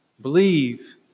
Believe